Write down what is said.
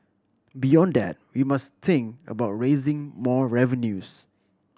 beyond that we must think about raising more revenues